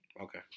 okay